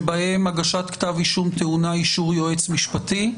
שבהן הגשת כתב אישום טעונה אישור יועץ משפטי,